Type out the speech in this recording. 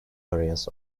areas